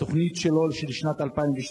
בתוכנית שלו, של שנת 2012,